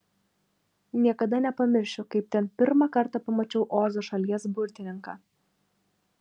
niekada nepamiršiu kaip ten pirmą kartą pamačiau ozo šalies burtininką